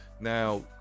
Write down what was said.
now